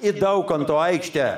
į daukanto aikštę